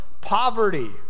poverty